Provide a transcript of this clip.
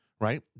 Right